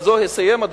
ובזה אני אסיים,